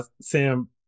sam